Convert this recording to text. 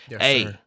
hey